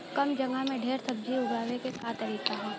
कम जगह में ढेर सब्जी उगावे क का तरीका ह?